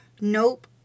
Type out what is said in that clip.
Nope